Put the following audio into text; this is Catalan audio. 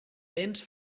béns